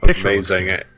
amazing